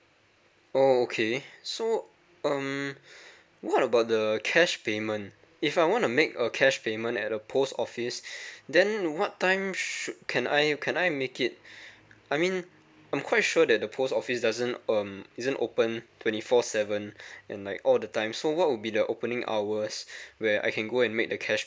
oh okay so um what about the cash payment if I want to make a cash payment at the post office then what time should can I can I make it I mean I'm quite sure that the post office doesn't um isn't open twenty four seven and like all the time so what would be the opening hours where I can go and make the cash